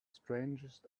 strangest